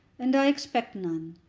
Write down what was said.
and i expect none,